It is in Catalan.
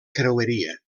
creueria